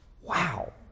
Wow